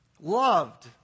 Loved